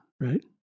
right